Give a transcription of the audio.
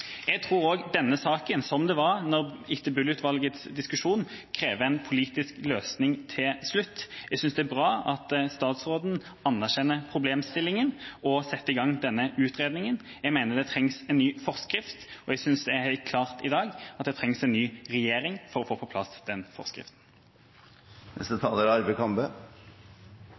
Jeg tror også denne saken, slik det var etter Bull-utvalgets diskusjon, krever en politisk løsning til slutt. Jeg synes det er bra at statsråden anerkjenner problemstillingen og setter i gang denne utredningen. Jeg mener det trengs en ny forskrift, og det synes i dag helt klart at det trengs en ny regjering for å få på plass den forskriften. For Høyre og Fremskrittspartiet er